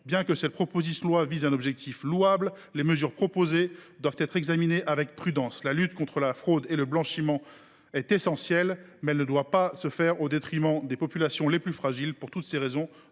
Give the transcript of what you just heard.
objectifs de la proposition de loi soient louables, ses mesures doivent être examinées avec prudence. La lutte contre la fraude et le blanchiment est essentielle, mais elle ne doit pas être menée au détriment des populations les plus fragiles. Pour toutes ces raisons,